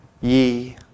ye